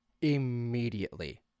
immediately